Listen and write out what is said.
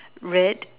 red